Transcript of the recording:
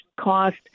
cost